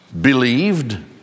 believed